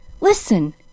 Listen